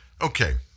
Okay